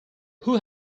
who